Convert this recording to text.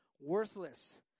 worthless